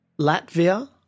Latvia